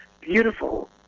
beautiful